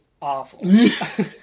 awful